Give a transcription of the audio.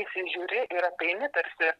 įsižiūri ir apeini tarsi